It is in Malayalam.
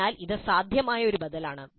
എന്നാൽ ഇത് സാധ്യമായ ഒരു ബദലാണ്